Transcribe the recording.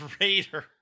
Raider